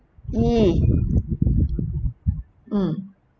!ee! mm